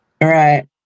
Right